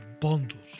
bundles